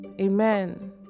amen